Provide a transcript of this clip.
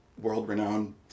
world-renowned